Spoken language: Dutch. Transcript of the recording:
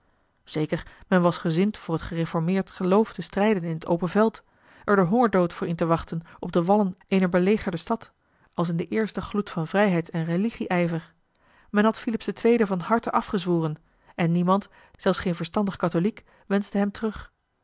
zeker men was gezind voor t gereformeerd geloof te strijden in t open veld er den hongerdood voor in te wachten op de wallen eener belegerde stad als in den eersten gloed van vrijheids en religieijver men had filips ii van harte afgezworen en niemand zelfs geen verstandig katholiek wenschte hem terug